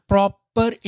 Proper